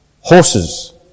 horses